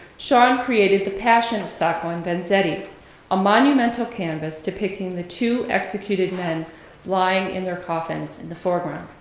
shahn created the passion of sacco and vanzetti a monumental canvas depicting the two executed men lying in their coffins in the foreground.